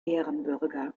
ehrenbürger